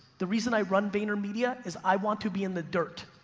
the reason i run vaynermedia is i want to be in the dirt.